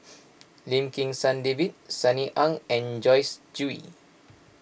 Lim Kim San David Sunny Ang and Joyce Jue